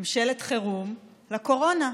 ממשלת חירום לקורונה.